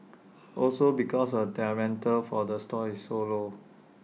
also because their rental for the stall is so low